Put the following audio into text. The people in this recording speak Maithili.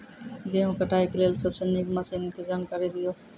गेहूँ कटाई के लेल सबसे नीक मसीनऽक जानकारी दियो?